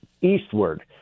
eastward